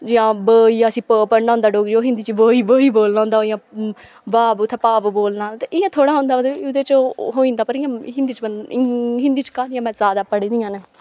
जियां ब गी असें प पढ़ना होंदा होर हिंदी च ब ई ब ई बोलना होंदा इयां भाव उत्थें भाव बोलना ते इ'यां धोह्ड़ा होंदा मतलब एह्दे च होई जंदा पर हिन्दी च हिंदी च क्हानियां में ज्यादा पढ़ी दियां न